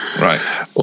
Right